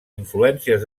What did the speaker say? influències